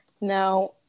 Now